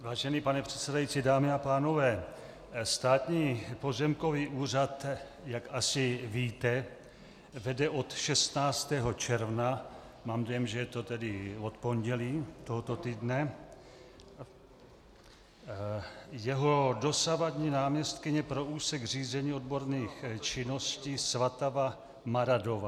Vážený pane předsedající, dámy a pánové, Státní pozemkový úřad, jak asi víte, vede od 16. června, mám dojem, že je to od pondělí tohoto týdne, jeho dosavadní náměstkyně pro úsek řízení odborných činností Svatava Maradová.